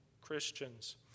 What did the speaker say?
Christians